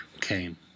came